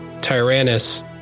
Tyrannus